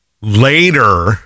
later